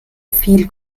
viel